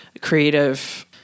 creative